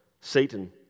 Satan